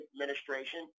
Administration